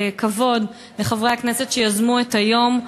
כל הכבוד לחברי הכנסת שיזמו את היום,